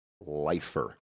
lifer